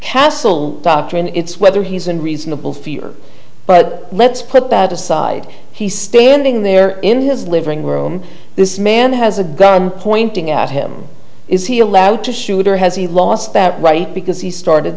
castle doctrine it's whether he's in reasonable fear but let's put that aside he's standing there in his living room this man has a gun pointing at him is he allowed to shoot or has he lost that right because he started